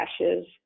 ashes